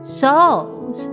souls